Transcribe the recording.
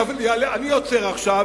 אני עוצר, השר.